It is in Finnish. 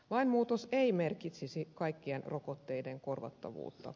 lainmuutos ei merkitsisi kaikkien rokotteiden korvattavuutta